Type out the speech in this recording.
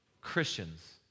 Christians